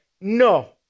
no